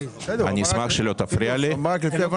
אני חושב שמדובר